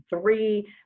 three